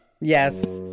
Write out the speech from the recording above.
Yes